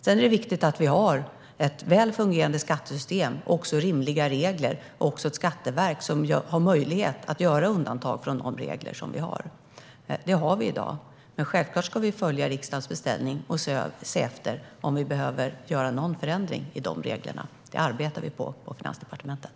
Det är viktigt att vi har ett väl fungerande skattesystem, rimliga regler och ett skatteverk som har möjlighet att göra undantag från de regler vi har. Detta har vi i dag, men självfallet ska vi följa riksdagens beställning och se efter om vi behöver göra någon förändring i dem. Det arbetar vi med på Finansdepartementet.